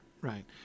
right